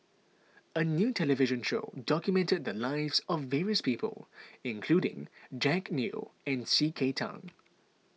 a new television show documented the lives of various people including Jack Neo and C K Tang